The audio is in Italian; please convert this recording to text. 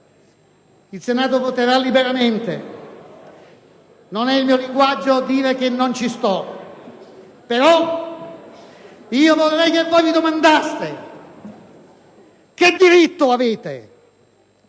Il Senato voterà liberamente. Non è il mio linguaggio dire che non ci sto, però vorrei che voi vi domandaste che diritto avete